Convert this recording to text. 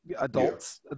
adults